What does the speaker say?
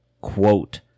quote